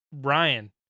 Ryan